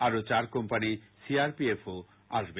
আরো চার company CRPF ও আসবে